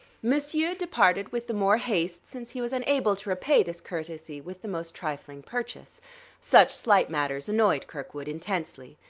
monsieur departed with the more haste since he was unable to repay this courtesy with the most trifling purchase such slight matters annoyed kirkwood intensely.